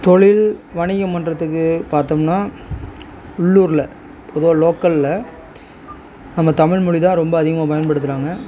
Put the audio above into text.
தொழில் வணிகம் பண்ணுறதுக்கு பார்த்தோம்னா உள்ளூரில் பொதுவாக லோக்கலில் நம்ம தமிழ்மொழி தான் ரொம்ப அதிகமாக பயன்படுத்துறாங்க